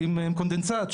עם קונדנסט,